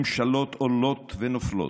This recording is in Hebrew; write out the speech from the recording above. ממשלות עולות ונופלות,